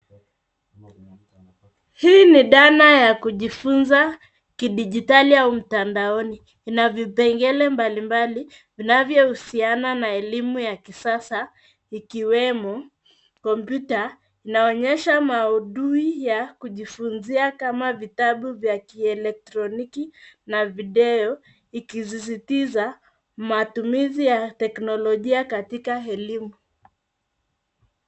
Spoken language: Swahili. Hii ni dana ya kujifunza kidijitali au mtandaoni. Ina vipengele mbalimbali vinavyohusiana na elimu ya kisasa, ikiwemo kompyuta. Inaonesha maudhui ya kujifunzia, kama vitabu vya kielektroniki na video, ikizisitiza matumizi ya teknolojia katika elimu.